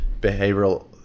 behavioral